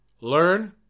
learn